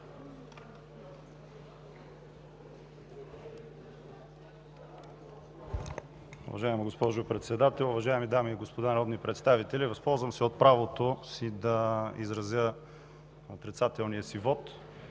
Уважаема госпожо Председател, уважаеми дами и господа народни представители! Възползвам се от правото си да изразя отрицателния си вот,